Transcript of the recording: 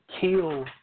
kill